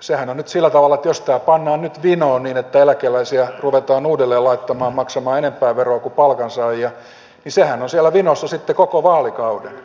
sehän on nyt sillä tavalla että jos tämä pannaan nyt vinoon niin että eläkeläisiä ruvetaan uudelleen laittamaan maksamaan enemmän veroa kuin palkansaajia niin sehän on siellä vinossa sitten koko vaalikauden